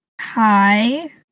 hi